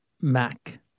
Mac